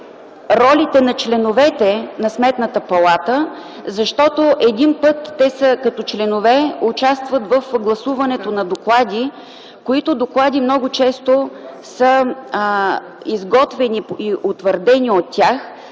ролите на членовете на Сметната палата, защото един път те като членове участват в гласуването на доклади, които доклади много често са изготвени и утвърдени от тях